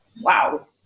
wow